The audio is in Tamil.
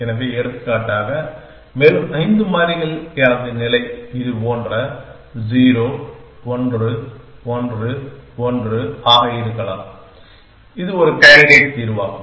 எனவே எடுத்துக்காட்டாக மேலும் 5 மாறிகள் எனது நிலை இது போன்ற 0 1 1 1 ஆக இருக்கலாம் இது ஒரு கேண்டிடேட் தீர்வாகும்